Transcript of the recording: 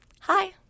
Hi